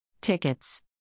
Tickets